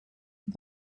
for